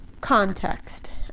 context